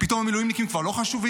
פתאום המילואימניקים כבר לא חשובים?